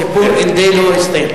סיפור "מן ד'ילה" הסתיים.